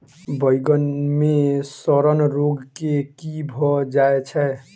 बइगन मे सड़न रोग केँ कीए भऽ जाय छै?